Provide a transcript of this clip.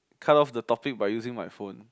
cut of the topic by using my phone